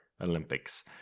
Olympics